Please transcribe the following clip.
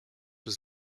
was